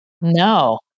No